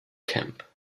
camp